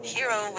Hero